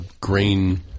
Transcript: green